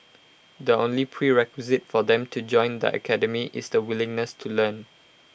the only prerequisite for them to join the academy is the willingness to learn